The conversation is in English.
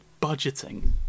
budgeting